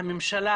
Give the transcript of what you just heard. אזורי תעסוקה,